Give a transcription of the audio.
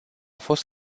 fost